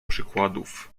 przykładów